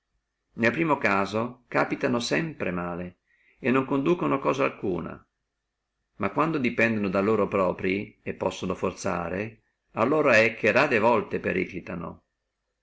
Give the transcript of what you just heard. nel primo caso capitano sempre male e non conducano cosa alcuna ma quando dependono da loro proprii e possano forzare allora è che rare volte